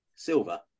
Silver